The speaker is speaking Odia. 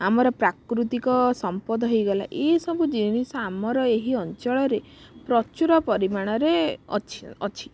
ଆମର ପ୍ରାକୃତିକ ସମ୍ପଦ ହେଇଗଲା ଇଏ ସବୁ ଜିନିଷ ଆମର ଏହି ଅଞ୍ଚଳରେ ପ୍ରଚୁର ପରିମାଣରେ ଅଛି ଅଛି